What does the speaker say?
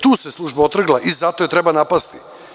Tu se služba otrgla i zato je treba napasti.